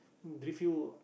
drift you